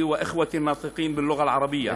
(אומר דברים בשפה הערבית,